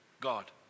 God